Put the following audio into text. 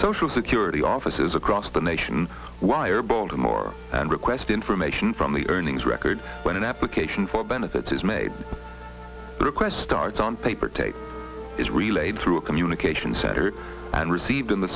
social security offices across the nation wire baltimore and request information from the earnings record when an application for benefits is made the request starts on paper tape is relayed through a communication center and received in the